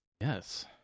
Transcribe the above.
Yes